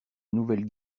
nouvelle